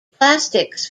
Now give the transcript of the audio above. plastics